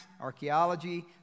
archaeology